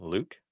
Luke